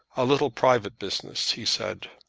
a little private business, he said.